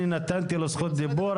אני נתתי לו זכות דיבור,